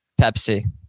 Pepsi